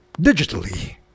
digitally